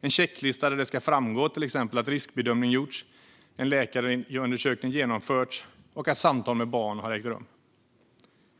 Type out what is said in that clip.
en checklista där det ska framgå till exempel att riskbedömning har gjorts, att läkarundersökning har genomförts eller att samtal med barnet har ägt rum.